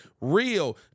real